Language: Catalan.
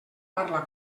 parla